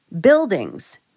buildings